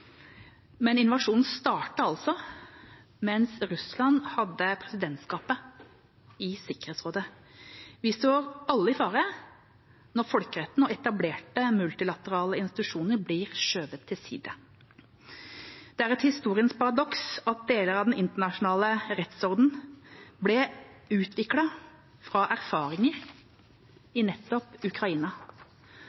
men invasjonen startet altså mens Russland hadde presidentskapet i Sikkerhetsrådet. Vi står alle i fare når folkeretten og etablerte multilaterale institusjoner blir skjøvet til side. Det er et historiens paradoks at deler av den internasjonale rettsorden ble utviklet fra erfaringer